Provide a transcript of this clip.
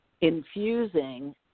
infusing